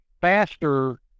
faster